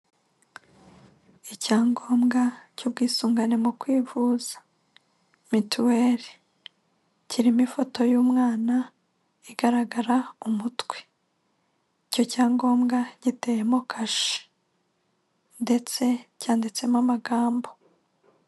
Icyangombwa cy'ubwisungane mu kwivuza mituweli kirimo ifoto y'umwana igaragara umutwe icyo cyangombwa giteyemo kashe ndetse cyanditsemo amagambo.